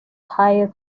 higher